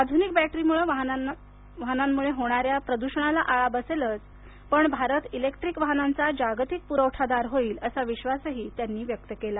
आधूनिक बॅटरीमुळे वाहनांमुळे होणाऱ्या प्रदूषणाला आळा बसेलच पण भारत इलेक्ट्रिक वाहनांचा जागतिक पुरवठादार होईल असा विश्वासही त्यांनी व्यक्त केला